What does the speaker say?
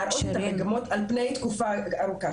להראות את המגמות על פני תקופה ארוכה.